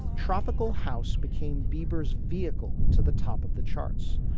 tropical house became bieber's vehicle to the top of the charts.